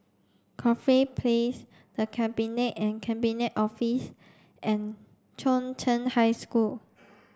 Corfe Place The Cabinet and Cabinet Office and Chung Cheng High School